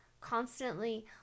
Constantly